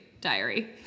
diary